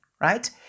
right